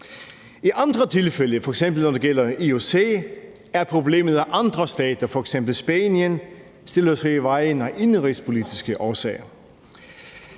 I andre tilfælde, f.eks. når det gælder IOC, er problemet, at andre stater, f.eks. Spanien, stiller sig i vejen af indenrigspolitiske årsager.